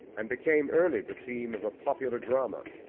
and became early the theme of a popular drama,